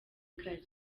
kare